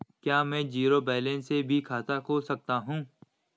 क्या में zero balance से भी खाता खोल सकता हूँ?